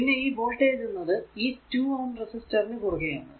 പിന്നെ ഈ വോൾടേജ് എന്നത് ഈ 2 Ω റെസിസ്റ്ററിനു കുറുകെ ആണ്